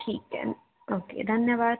ठीक आहे ओके धन्यवाद